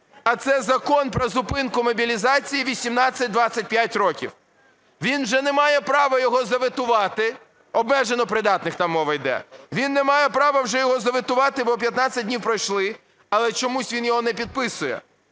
а це Закон про зупинку мобілізації 18-25 років. Він вже не має права його заветувати, обмежено придатних там мова йде, він не має права вже його заветувати, бо 15 днів пройшли, але чомусь він його не підписує.